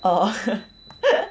oh